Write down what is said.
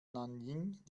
nanjing